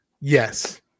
yes